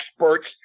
experts